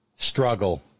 struggle